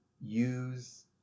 use